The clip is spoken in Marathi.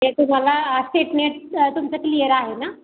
ते तुम्हाला सेट नेट तुमचं क्लिअर आहे ना